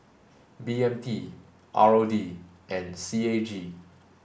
B M T R O D and C A G